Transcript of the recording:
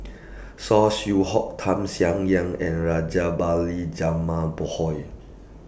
Saw Swee Hock Tham Sien Yen and Rajabali Jumabhoy